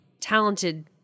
talented